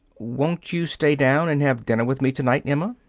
won't you stay down and have dinner with me to-night, emma?